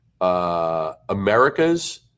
Americas